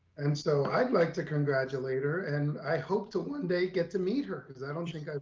and so i'd like to congratulate her and i hope to one day get to meet her. cause i don't think ah